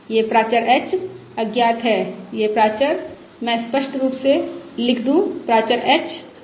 यह प्राचर h अज्ञात है यह प्राचर मैं स्पष्ट रूप से लिख दूं प्राचर h अज्ञात है